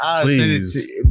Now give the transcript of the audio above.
Please